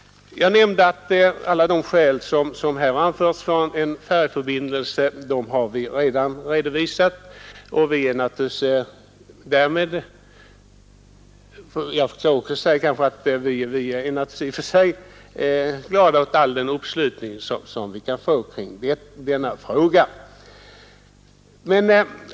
Jag nämnde att alla de skäl som anförts för en färjeförbindelse redan har redovisats, och vi från sydöstra Skåne är naturligtvis glada åt all den uppslutning vi kan få i denna fråga.